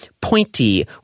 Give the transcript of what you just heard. pointy